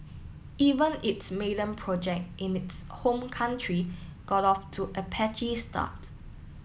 even its maiden project in its home country got off to a patchy start